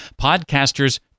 Podcasters